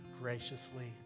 graciously